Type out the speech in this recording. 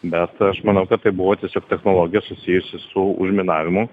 bet aš manau kad tai buvo tiesiog technologija susijusi su užminavimu